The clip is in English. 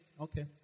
okay